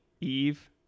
Eve